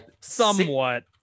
Somewhat